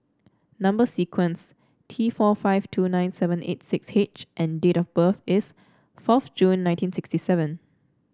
number sequence T four five two nine seven eight six H and date of birth is fourth June nineteen sixty seven